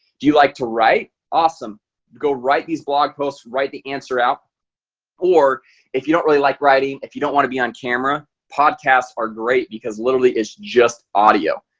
do you like to write awesome go write these blog posts write the answer out or if you don't really like writing if you don't want to be on camera podcasts are great because literally it's just audio.